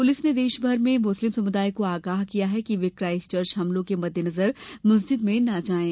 police ने देशभर में मुस्लिम समुदाय को आगाह किया है कि वे क्राइस्टचर्च हमलों के मद्देनजर मस्जिद में न जायें